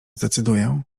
zdecyduję